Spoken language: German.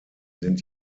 sind